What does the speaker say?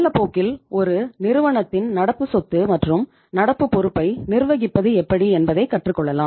காலப்போக்கில் ஒரு நிறுவனத்தின் நடப்பு சொத்து மற்றும் நடப்பு பொறுப்பை நிர்வகிப்பது எப்படி என்பதை கற்றுக்கொள்ளலாம்